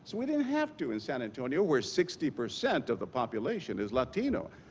so we didn't have to in san antonio where sixty percent of the population is latino.